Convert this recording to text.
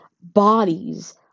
bodies